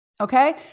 Okay